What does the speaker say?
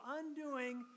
undoing